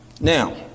Now